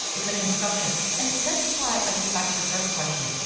it's a construction. and this is why i go back to your first question,